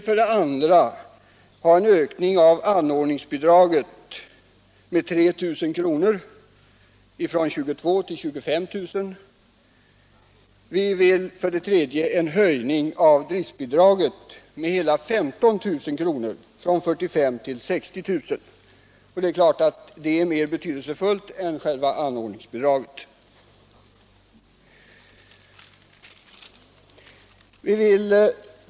För det andra vill vi ha en ökning av anordningsbidraget med 3 000 kr. från 22 000 till 25 000. För det tredje vill vi ha en höjning av driftbidraget med hela 15 000 kr. från 45 000 till 60 000. Det är klart att det är mer betydelsefullt än själva anordningsbidraget.